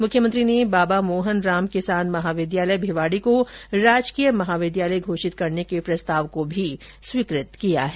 मुख्यमंत्री ने बाबा मोहन राम किसान महाविद्यालय भिवाड़ी को राजकीय महाविद्यालय घोषित करने के प्रस्ताव को भी स्वीकृत किया है